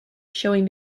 showing